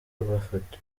bafata